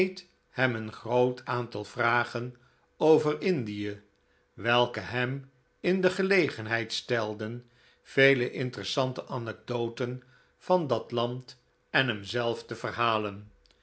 hem een groot aantal vragen over indie welke hem in de gelegenheid stelden vele interessante anecdoten van dat land en hemzelf te verhalen